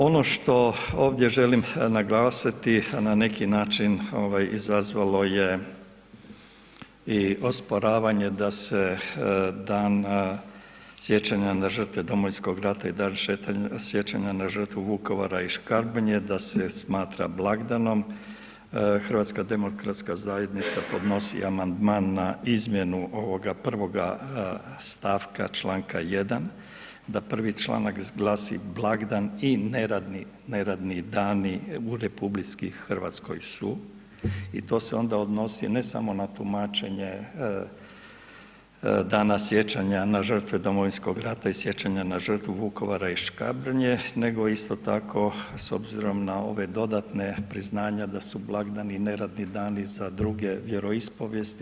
Ono što ovdje želim naglasiti na neki način izazvalo je i osporavanje da se Dan sjećanja na žrtve Domovinskog rata i Dan sjećanja na žrtvu Vukovara i Škabrnje da se smatra blagdanom HDZ podnosi amandman na izmjenu ovoga 1. stavka članka 1. da 1. članak glasi: „blagdan i neradni dani u RH su“ i to se onda odnosi ne samo na tumačenje Dana sjećanja na žrtve Domovinskog rata i sjećanja na žrtvu Vukovara i Škabrnje nego isto tako s obzirom na ova dodatna priznanja da su blagdani neradni dani za druge vjeroispovijesti.